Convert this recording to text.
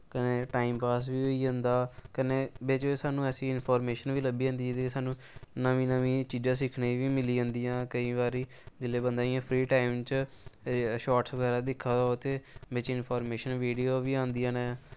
कन्नै time pass बी होई जंदा कन्नै बिच्च बिच्च स्हानू ऐसी इंफर्मेशन बी लब्भी जंदी जेह्दी बज़ह ना स्हानू नमीं नमीं चीजां सिक्खनें गी बी मिली जंदियां केई बारी जिसलै बंदा इयां फ्री टाईम च शॉटस बगैरा दिक्खा दा होऐ ते बिच्च इंफर्मेशन वीडियो बी आंदियां नै